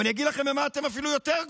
אני אגיד לכם במה אתם אפילו יותר גרועים: